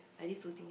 at least